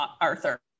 Arthur